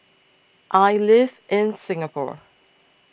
I live in Singapore